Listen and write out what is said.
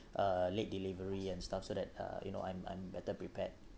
uh late delivery and stuff so that uh you know I'm I'm better prepared